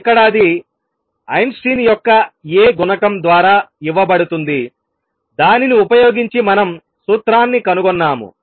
ఇక్కడ అది ఐన్స్టీన్ యొక్క A గుణకం ద్వారా ఇవ్వబడుతుంది దానిని ఉపయోగించి మనం సూత్రాన్ని కనుగొన్నాము